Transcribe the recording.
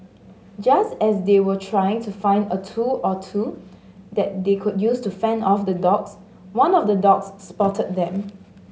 just as they were trying to find a tool or two that they could use to fend off the dogs one of the dogs spotted them